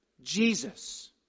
Jesus